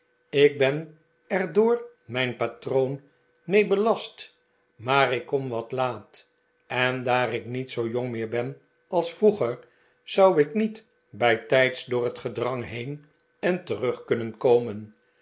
ik ben er door mijn patroon mee belast maar ik kom wat laat en daar ik niet zoo jong meer ben als vroeger zou ik niet bijtijds door het gedrang heen en terug kunnen komen